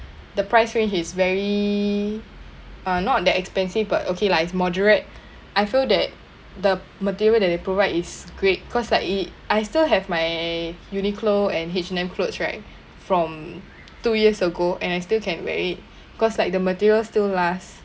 the price range is very uh not that expensive but okay lah it's moderate I feel that the material that they provide is great cause like it I still have my Uniqlo and H&M clothes right from two years ago and I still can wear it cause like the material still last